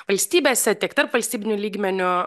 valstybėse tiek tarpvalstybiniu lygmeniu